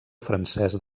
francès